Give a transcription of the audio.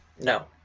No